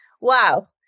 Wow